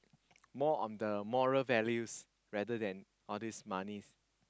more on the moral values rather than all this money